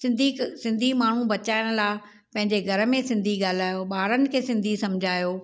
सिंधी सिंधी माण्हू बचाइण लाइ पंहिंजे घर में सिंधी ॻाल्हायो ॿारनि खे सिंधी सम्झायो